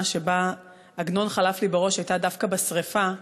שבה עגנון חלף לי בראש הייתה דווקא בשרפה.